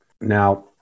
Now